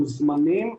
מוזמנים,